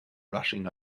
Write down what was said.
rushing